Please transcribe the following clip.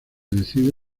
decide